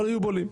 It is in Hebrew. אבל היו בולעים.